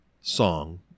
song